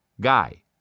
Guy